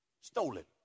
stolen